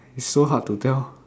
it's so hard to tell